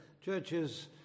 churches